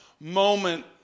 moment